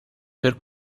per